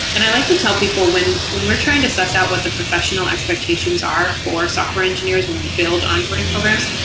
and i like to tell people, when when we're trying to assess out what the professional expectations are for software engineers when we build onboarding programs,